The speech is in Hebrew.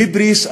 היבריס,